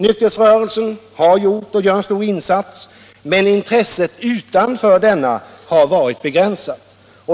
Nykterhetsrörelsen har gjort och gör en stor insats, men intresset utanför denna har varit begränsat.